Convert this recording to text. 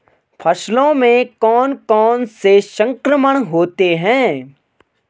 फसलों में कौन कौन से संक्रमण होते हैं?